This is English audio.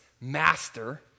master